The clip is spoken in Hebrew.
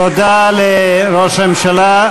תודה לראש הממשלה.